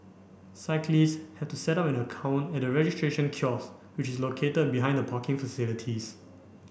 cyclists have to set up an account at the registration kiosks which is located behind the parking facilities